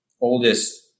oldest